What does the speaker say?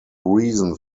reason